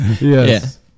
yes